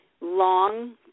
long